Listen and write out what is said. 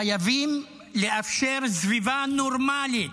חייבים לאפשר סביבה נורמלית,